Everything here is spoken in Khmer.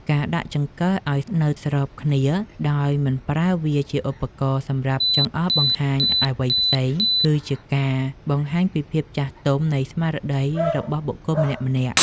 ការដាក់ចង្កឹះឱ្យនៅស្របគ្នាដោយមិនប្រើវាជាឧបករណ៍សម្រាប់ចង្អុលបង្ហាញអ្វីផ្សេងគឺជាការបង្ហាញពីភាពចាស់ទុំនៃស្មារតីរបស់បុគ្គលម្នាក់ៗ។